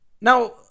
Now